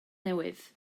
newydd